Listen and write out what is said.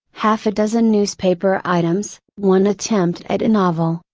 half a dozen newspaper items, one attempt at a novel,